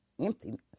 emptiness